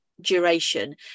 duration